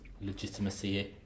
legitimacy